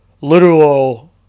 literal